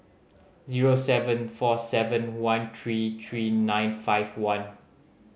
zero seven four seven one three three nine five one